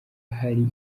hari